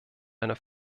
einer